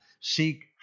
Seek